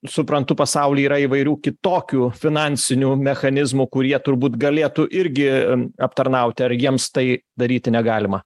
suprantu pasauly yra įvairių kitokių finansinių mechanizmų kurie turbūt galėtų irgi aptarnauti ar jiems tai daryti negalima